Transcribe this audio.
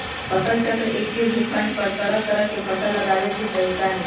फसल चक्र एक्के भूखंड पर तरह तरह के फसल लगावे के तरीका हए